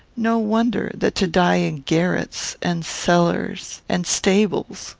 no wonder that to die in garrets, and cellars, and stables,